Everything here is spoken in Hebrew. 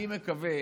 אני מקווה